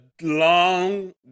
long